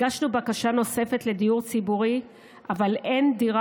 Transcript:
הגשנו בקשה נוספת לדיור ציבורי אבל אין דירה